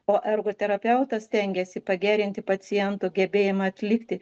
o ergoterapeutas stengiasi pagerinti paciento gebėjimą atlikti